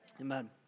Amen